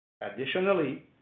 Additionally